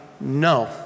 no